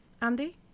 Andy